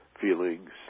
feelings